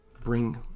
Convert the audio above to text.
bring